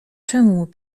czemu